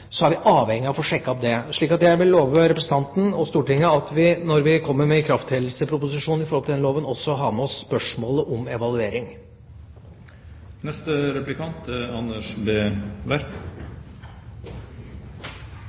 er vi avhengige av å få sjekket opp det. Så jeg vil love representanten og Stortinget at vi når vi kommer med ikrafttredelsesproposisjonen i forhold til denne loven, også har med oss spørsmålet om evaluering.